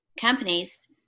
companies